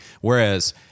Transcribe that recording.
Whereas